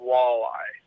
Walleye